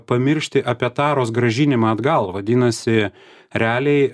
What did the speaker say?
pamiršti apie taros grąžinimą atgal vadinasi realiai